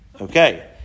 okay